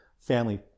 family